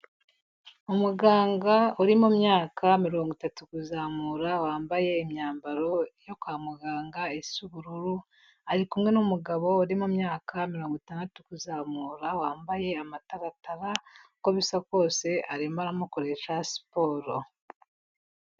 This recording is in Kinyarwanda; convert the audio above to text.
Umuganga uri mu myaka mirongo itatu kuzamura wambaye imyambaro yo kwa muganga isa ubururu, ari kumwe n'umugabo uri mu myaka mirongo itandatu kuzamura wambaye amataratara, uko bisa kose arimo aramukoresha siporo.